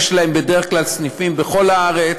יש להן בדרך כלל סניפים בכל הארץ,